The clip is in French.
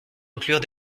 inclure